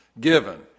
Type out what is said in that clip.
given